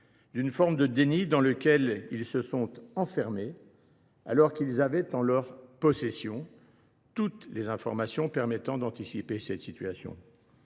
surtout, du déni dans lequel ils se sont enfermés, alors qu’ils avaient en leur possession toutes les informations permettant d’anticiper cette situation.